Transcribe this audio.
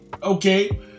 Okay